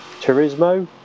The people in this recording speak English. Turismo